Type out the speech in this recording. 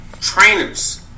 trainers